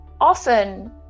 Often